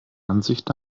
ansicht